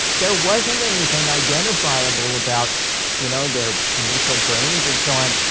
there wasn't anything identifiable about you know their initial brains and so on.